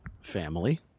family